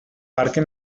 parque